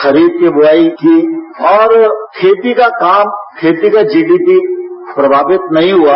खरीफ की व्रआई की और खेती का काम खेती का जीडीपी प्रमावित नहीं हुआ